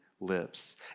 lips